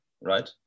right